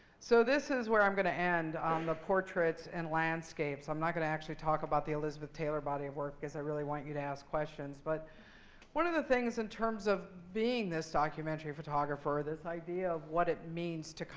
so this is where i'm going to end on the portraits and landscapes. i'm not going to actually talk about the elizabeth taylor body of work because i really want you to ask questions. but one of the things in terms of being this documentary photographer, this idea of what it means to,